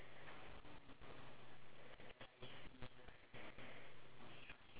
ya now it's short but I haven't I I don't know if